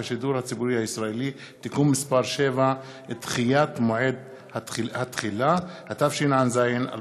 / מושב שלישי / ישיבה רכ"ג / ל' בניסן התשע"ז / 26